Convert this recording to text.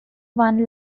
one